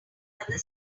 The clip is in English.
another